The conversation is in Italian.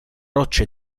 rocce